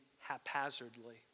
haphazardly